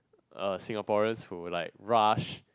uh Singaporeans who like rush